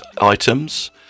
items